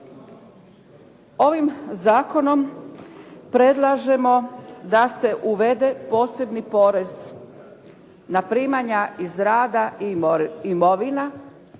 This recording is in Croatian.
Ovim zakonom predlažemo da se uvede posebni porez na primanja iz rada i mirovina,